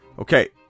Okay